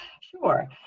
Sure